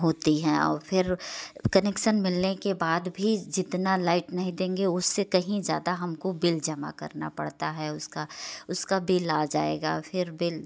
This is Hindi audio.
होती हैं और फिर कनेक्सन मिलने के बाद भी जितना लाइट नहीं देंगे उससे कहीं ज़्यादा हमको बिल जमा करना पड़ता है उसका उसका बिल आ जाएगा फिर बिल